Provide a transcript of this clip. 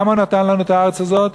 למה הוא נתן לנו את הארץ הזאת?